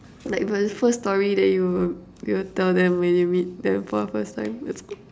like the first story that you'll you'll tell them when you meet them for the first time